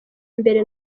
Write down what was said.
mbere